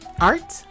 art